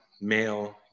male